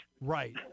Right